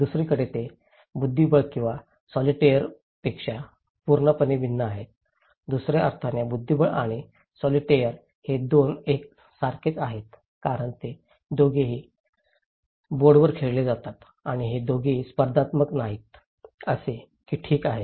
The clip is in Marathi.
दुसरीकडे ते बुद्धिबळ किंवा सॉलिटेअरपेक्षा पूर्णपणे भिन्न आहेत दुसर्या अर्थाने बुद्धीबळ आणि सॉलिटेअर हे दोघे एकसारखेच आहेत कारण ते दोघेही बोर्डवर खेळले जातात आणि ते दोघेही स्पर्धात्मक नाहीत जसे की ठीक आहे